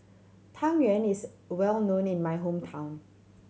Tang Yuen is well known in my hometown